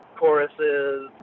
choruses